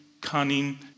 cunning